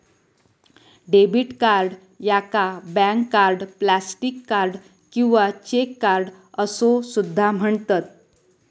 debit card याका bank card, plastic card किंवा cheque card असो सुद्धा म्हणतत